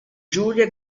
giulia